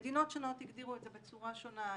מדינות שונות הגדירו את זה בצורה שונה.